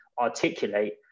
articulate